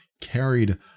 carried